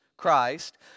Christ